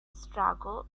struggle